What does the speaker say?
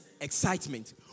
excitement